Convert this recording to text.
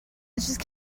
just